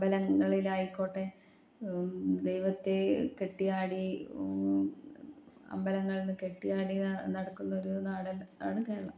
അമ്പലങ്ങളിലായിക്കോട്ടെ കെട്ടിയാടി അമ്പലങ്ങളിൽ നിന്ന് കെട്ടിയാടി നടക്കുന്നൊരു നാടാണ് കേരളം